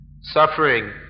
suffering